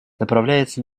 направляется